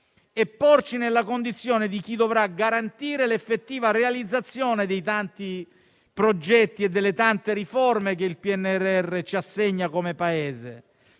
e porci nella condizione di chi dovrà garantire l'effettiva realizzazione dei tanti progetti e delle tante riforme che il PNRR ci assegna come Paese.